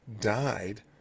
died